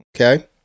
okay